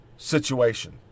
Situation